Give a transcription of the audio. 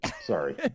sorry